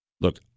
Look